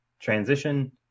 transition